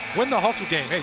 win the hustle game.